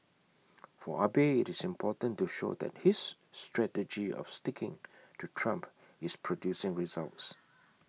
for Abe IT is important to show that his strategy of sticking to Trump is producing results